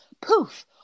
poof